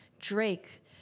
Drake